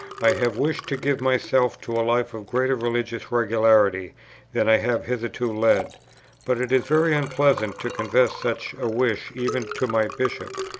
i have wished to give myself to a life of greater religious regularity than i have hitherto led but it is very unpleasant to confess such a wish even to my bishop,